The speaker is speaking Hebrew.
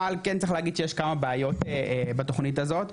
אבל כן צריך להגיד שיש כמה בעיות בתוכנית הזאת,